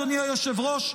אדוני היושב-ראש,